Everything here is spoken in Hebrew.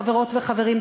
חברות וחברים,